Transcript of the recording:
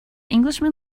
englishman